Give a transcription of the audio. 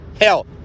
Hell